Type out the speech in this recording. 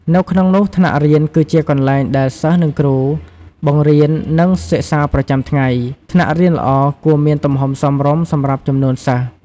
នៅក្នុងនោះថ្នាក់រៀន គឺជាកន្លែងដែលសិស្សនិងគ្រូ បង្រៀន និងសិក្សាប្រចាំថ្ងៃ ថ្នាក់រៀនល្អគួរមានទំហំសមរម្យសម្រាប់ចំនួនសិស្ស។